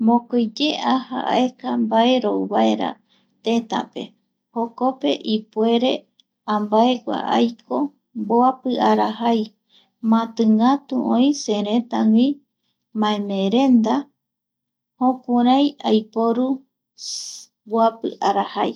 Mokoiye aja aeka mbae rouvaera, tetape jkope ipuere ambaegua aiko, mboapi arajai mati ngatu oi seretagui maemeerenda jukurai aiporu mboapi arajai